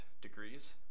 degrees